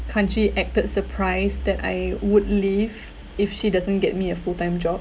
kan chee acted surprise that I would leave if she doesn't get me a full time job